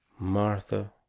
martha,